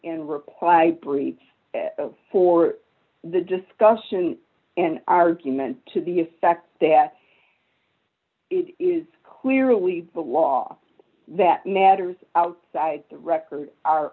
in reply brief for the discussion and argument to the effect that it is clearly the law that matters outside the record are